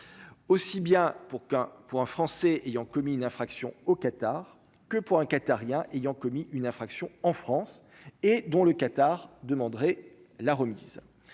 qu'un : pour un Français ayant commis une infraction au Qatar que pour 1 qatarien ayant commis une infraction en France et dont le Qatar demanderaient la remise